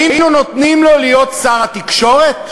היינו נותנים לו להיות שר תקשורת?